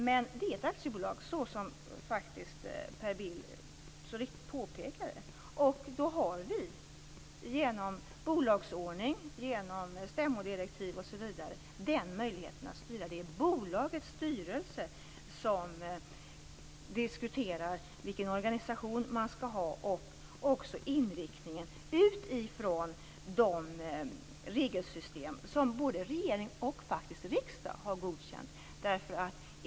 Men det är ett aktiebolag, vilket Per Bill så riktigt påpekar, och då har vi genom bolagsordning, genom stämmodirektiv, osv. den möjligheten att styra. Det är bolagets styrelse som diskuterar vilken organisation som man skall ha och också inriktningen utifrån de regelsystem som både regeringen och faktiskt riksdagen har godkänt.